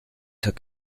took